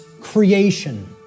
creation